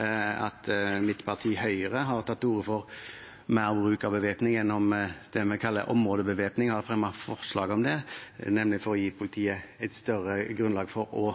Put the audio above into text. At mitt parti, Høyre, har tatt til orde for, og har fremmet forslag om, mer bruk av bevæpning gjennom det vi kaller områdebevæpning, for å gi politiet et større grunnlag for å